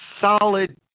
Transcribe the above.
solid